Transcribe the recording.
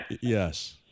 Yes